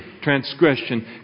transgression